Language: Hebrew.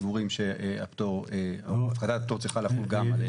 סבורים שהפחתת פטור צריכה לחול גם עליהם.